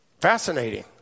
fascinating